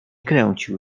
kręcił